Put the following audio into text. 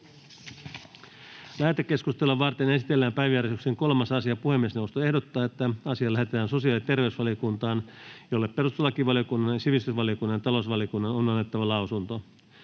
Lähetekeskustelua varten esitellään päiväjärjestyksen 3. asia. Puhemiesneuvosto ehdottaa, että asia lähetetään sosiaali‑ ja terveysvaliokuntaan, jolle perustuslakivaliokunnan, sivistysvaliokunnan ja talousvaliokunnan on annettava lausunto.